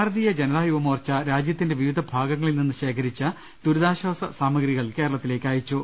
ഭാരതീയ് ജനതാ യുവമോർച്ച രാജ്യത്തിന്റെ വിവിധ ഭാഗ ങ്ങളിൽ നിന്ന് ശേഖരിച്ച ദുരിതാശ്വാസ സാമഗ്രികൾ കേരളത്തി ലേക്ക് അയച്ചു